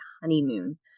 honeymoon